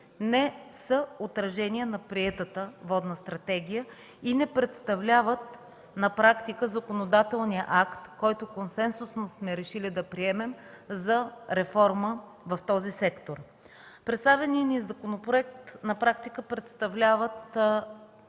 не са отражение на приетата „Водна стратегия” и на практика не представляват законодателния акт, който консенсусно сме решили да приемем за реформа в този сектор. Представеният ни законопроект на практика представлява